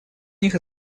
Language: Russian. них